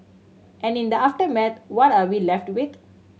and in the aftermath what are we left with